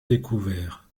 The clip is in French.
découvert